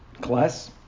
class